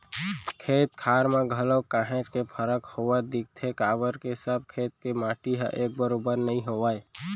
खेत खार म घलोक काहेच के फरक होवत दिखथे काबर के सब खेत के माटी ह एक बरोबर नइ होवय